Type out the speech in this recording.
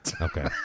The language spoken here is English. Okay